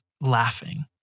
laughing